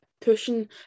pushing